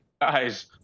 guys